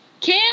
Kim